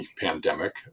pandemic